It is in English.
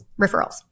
referrals